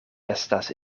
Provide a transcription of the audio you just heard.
estas